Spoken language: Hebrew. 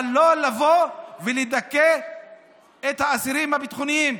אבל לא לבוא ולדכא את האסירים הביטחוניים.